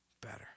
better